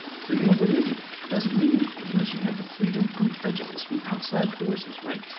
freedom of religion doesn't mean anything unless you have the freedom from prejudice, from outside forces, right,